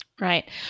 Right